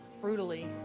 brutally